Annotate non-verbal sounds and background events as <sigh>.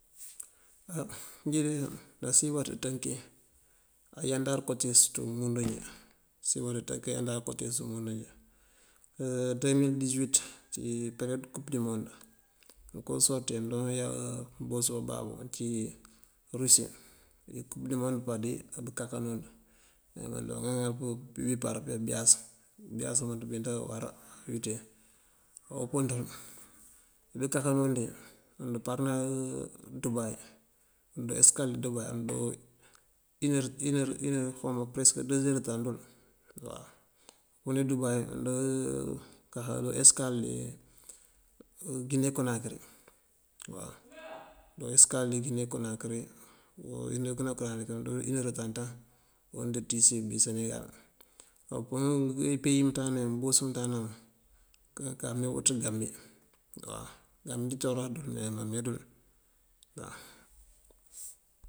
Á inji de násiyën baţí tënkin ayandáan kootis ţí umúndu wí, násiyën baţí tënkin ayandáan kootis ţí umúndu wí, aádoomil diswiţ ţí peryoot kup dimond manká usorti adoon yá pëboos babáabu ucíwí rusí; bí kup dimond bá dí abakakanúnd me mandoon ŋal këŋal pëbípar pëyá bëyáas bëyáas bëmënţ binţa wara awite. A upënţul wí bëkakanúnd bí wund aparna <hesitation> dubay, wund adoo esëkal dí dubay undëro inër peresëk homa dëzër de tan dul waw. Pëndi dubay wundë <hesitation> kaka do esëkal dí jine konakëri, waw <noise> do esëkal dí jine konakëri, wo dí jine konakëri wund ado inër dë tan ţañ awund ţísí bi senegal. A uwu pënúnd dí ipeyi imënţa náanayuŋ mëënboos mënţa náanamuŋ, kaká me buţ gambi waw. Gambi injí ţooraţ dul maa mam medul waw.